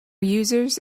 users